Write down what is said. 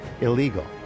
illegal